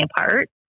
apart